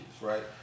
right